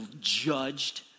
judged